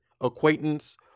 acquaintance